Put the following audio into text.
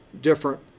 different